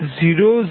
14 0